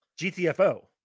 GTFO